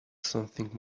something